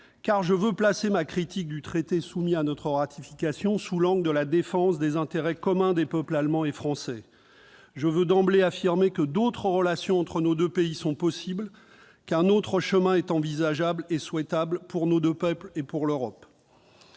que je veux placer ma propre critique du traité soumis à notre ratification sous l'angle de la défense des intérêts communs des peuples allemand et français. Je veux d'emblée affirmer, en effet, que d'autres relations entre nos deux pays sont possibles, qu'un autre chemin est envisageable et souhaitable pour nos deux peuples et pour l'Europe.